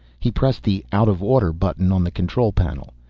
he pressed the out-of-order button on the control panel.